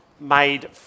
made